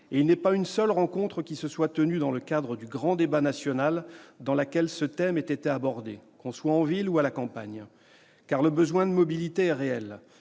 ; il n'est pas une seule rencontre qui se soit tenue dans le cadre du grand débat national dans laquelle ce thème ait été abordé, que l'on soit en ville ou à la campagne. En effet, le besoin de mobilité est réel